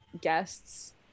guests